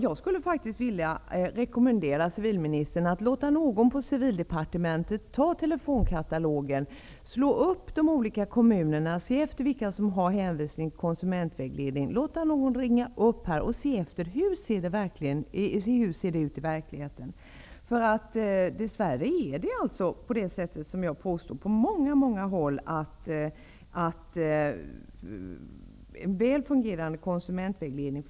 Jag skulle vilja rekommendera civilministern att låta någon på Civildepartementet i telefonkatalogen slå upp de olika kommunerna och se efter vilka som har hänvisning till konsumentvägledning. Låt den personen ringa upp för att se efter hur det ser ut i verkligheten. Dess värre är det på det sätt som jag påstår, nämligen att det på många håll inte finns någon väl fungerande konsumentvägledning.